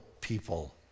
people